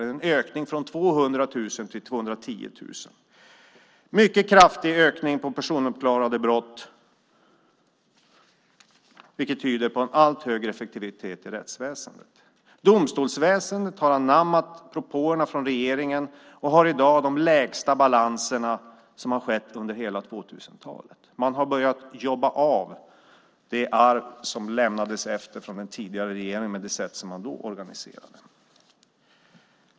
Det är en ökning från 200 000 till 210 000. Detta tyder på en allt högre effektivitet inom rättsväsendet. Domstolsväsendet har anammat propåerna från regeringen och har i dag de lägsta balanserna under hela 2000-talet. De har börjat jobba av det arv som efterlämnades av den tidigare regeringen med det sätt som man då organiserade det hela på.